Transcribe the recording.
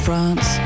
France